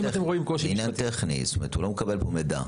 זה עניין טכני, הוא לא מקבל פה מידע.